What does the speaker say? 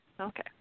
Okay